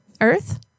Earth